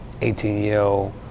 18-year-old